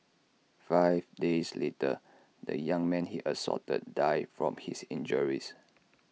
five days later the young man he assaulted died from his injuries